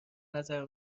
نظر